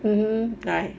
um um ya